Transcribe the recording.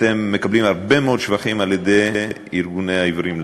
אתם מקבלים הרבה מאוד שבחים מארגוני העיוורים למיניהם.